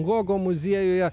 gogo muziejuje